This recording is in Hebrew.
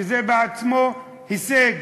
שזה בעצמו הישג.